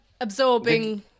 absorbing